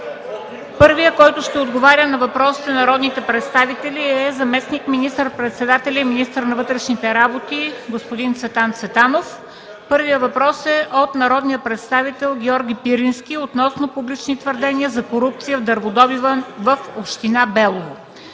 Първият, който ще отговаря на въпросите на народните представители, е заместник министър-председателят и министър на вътрешните работи господин Цветан Цветанов. Първият въпрос е от народния представител Георги Пирински относно публични твърдения за корупция в дърводобива в община Белово.